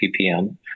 ppm